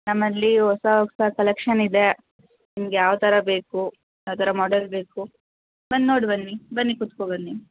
ನಮ್ಮಲ್ಲಿ ಹೊಸ ಹೊಸ ಕಲೆಕ್ಷನ್ ಇದೆ ನಿಮ್ಗೆ ಯಾವ ಥರ ಬೇಕು ಯಾವ್ದಾರ ಮಾಡೆಲ್ ಬೇಕು ಬಂದು ನೋಡಿ ಬನ್ನಿ ಬನ್ನಿ ಕುತ್ಕೊ ಬನ್ನಿ